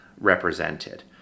represented